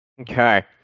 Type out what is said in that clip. Okay